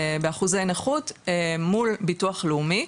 באחוזרי נכות מול ביטוח לאומי.